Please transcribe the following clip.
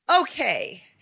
Okay